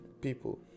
people